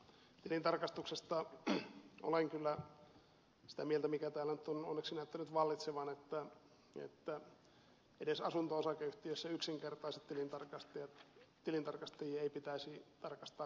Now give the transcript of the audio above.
tilintarkastuksesta olen kyllä sitä mieltä mikä täällä nyt onneksi on näyttänyt vallitsevan että edes asunto osakeyhtiöissä yksinkertaisten tilintarkastajien ei pitäisi tarkastaa kaksinkertaista kirjanpitoa